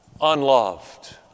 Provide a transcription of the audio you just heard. unloved